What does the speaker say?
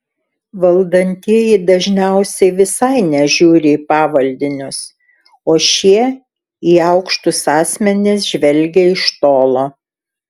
valdantieji dažniausiai visai nežiūri į pavaldinius o šie į aukštus asmenis žvelgia iš tolo